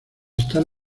están